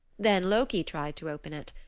then loki tried to open it.